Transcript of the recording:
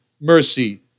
mercy